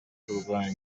kurwanya